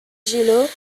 gillot